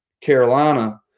Carolina